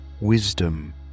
wisdom